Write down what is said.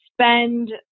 spend